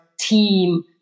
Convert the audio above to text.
team